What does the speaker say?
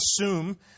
assume